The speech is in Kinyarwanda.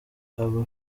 aba